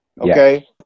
okay